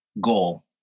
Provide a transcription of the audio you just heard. goal